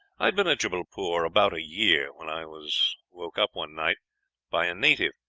i had been at jubbalpore about a year, when i was woke up one night by a native,